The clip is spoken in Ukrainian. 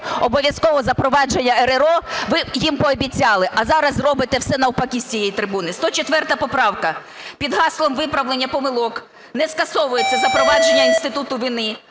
обов'язкового запровадження РРО, ви їм пообіцяли, а зараз робите все навпаки з цієї трибуни. 104 поправка. Під гаслом виправлення помилок не скасовується запровадження інституту вини,